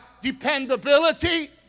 dependability